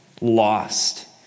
lost